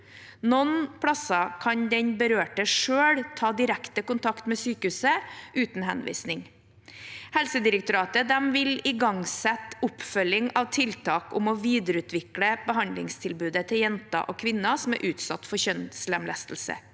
Noen steder kan den berørte selv ta direkte kontakt med sykehuset uten henvisning. Helsedirektoratet vil igangsette oppfølging av tiltak om å videreutvikle behandlingstilbudet til jenter og kvinner som er utsatt for kjønnslemlestelse.